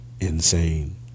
insane